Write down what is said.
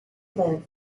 live